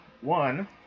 One